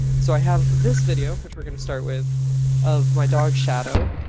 so i have this video, which we're going to start with of my dog, shadow